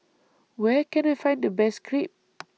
Where Can I Find The Best Crepe